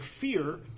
fear